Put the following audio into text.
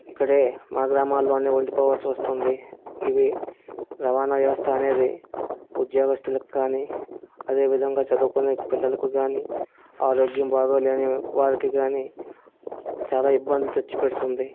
ఇక్కడ మా గ్రామాలలో ఉండిపోవలసి వస్తుంది ఇది రవాణ వ్యవస్థ అనేది ఉద్యోగస్థులకు కానీ అదేవిధంగా చదుకునే పిల్లలకు కానీ ఆరోగ్యం బాగలేని వారికి కానీ చాలా ఇబ్బందులు తెచ్చిపెడుతుంది